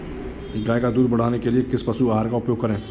गाय का दूध बढ़ाने के लिए किस पशु आहार का उपयोग करें?